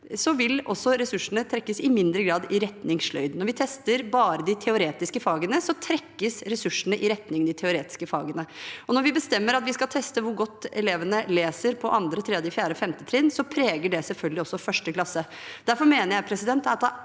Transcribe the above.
også ressursene i mindre grad trekkes i retning sløyd. Når vi tester bare de teoretiske fagene, trekkes ressursene i retning de teoretiske fagene. Når vi bestemmer at vi skal teste hvor godt elevene leser på 2., 3., 4., og 5. trinn, preger det selvfølgelig også 1. trinn. Derfor mener jeg at det er